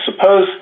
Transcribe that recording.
Suppose